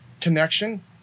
connection